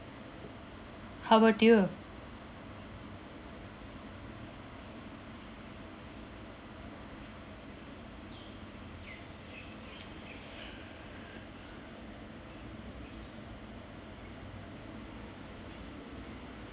how about you